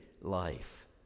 life